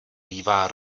bývá